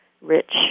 rich